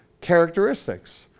characteristics